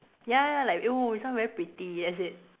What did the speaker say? ya ya like oh this one very pretty that's it